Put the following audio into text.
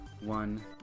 one